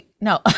No